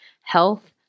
Health